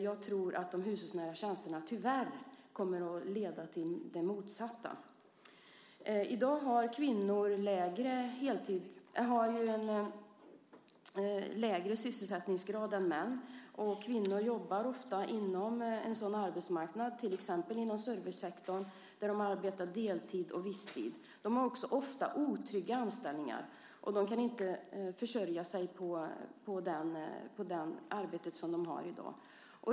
Jag tror att de hushållsnära tjänsterna tyvärr kommer att leda till det motsatta. I dag har kvinnor lägre sysselsättningsgrad än män, och kvinnor jobbar ofta inom en sådan arbetsmarknad, till exempel servicesektorn, där de arbetar deltid och visstid. De har också ofta otrygga anställningar, och de kan inte försörja sig på det arbete som de har i dag.